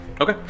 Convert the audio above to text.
Okay